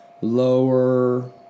lower